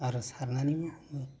आरो सारनानैबो हमो